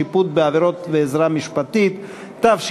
שיפוט בעבירות ועזרה משפטית) (תיקון),